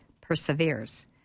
perseveres